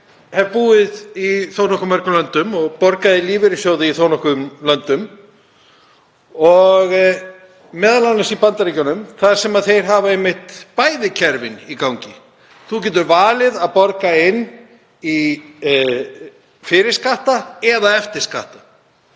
hef búið í þó nokkuð mörgum löndum og borgað í lífeyrissjóði í þó nokkrum löndum, m.a. í Bandaríkjunum þar sem þeir hafa einmitt bæði kerfin í gangi. Þú getur valið að borga inn fyrir skatta eða eftir skatta